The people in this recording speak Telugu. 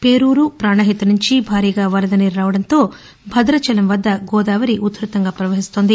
పేరూరు ప్రాణహిత నుంచి భారీగా వరద నీరు రావడంతో భదాచలం వద్ద గోదావరి ఉధ్భతంగా ప్రవహిస్తోంది